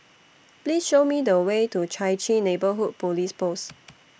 Please Show Me The Way to Chai Chee Neighbourhood Police Post